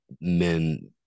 men